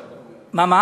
מה?